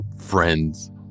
friends